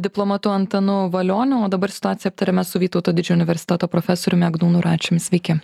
diplomatu antanu valioniu o dabar situaciją aptariame su vytauto didžiojo universiteto profesoriumi egdūnu račiumi sveiki